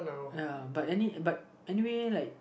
ya but any but anyway like